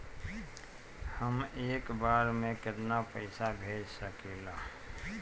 हम एक बार में केतना पैसा भेज सकिला?